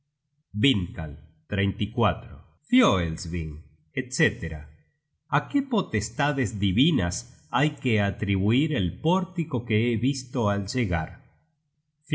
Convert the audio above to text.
simple rumor vindkal fioelsving etc a qué potestades divinas hay que atribuir el pórtico que he visto al llegar